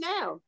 now